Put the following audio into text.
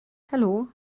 helo